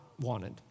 wanted